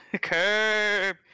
Curb